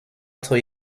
until